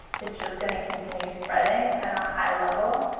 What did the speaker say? it's just going to continue spreading at a high level,